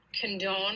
Condone